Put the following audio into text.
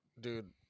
dude